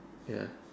ya